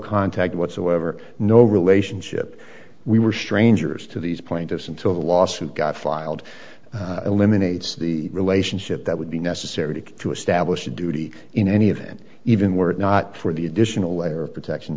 contact whatsoever no relationship we were strangers to these plaintiffs until the lawsuit got filed eliminates the relationship that would be necessary to establish a duty in any of it even were not for the additional layer of protection